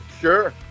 sure